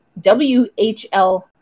WHL